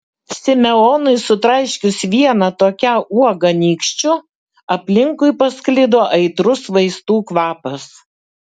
simeonui sutraiškius vieną tokią uogą nykščiu aplinkui pasklido aitrus vaistų kvapas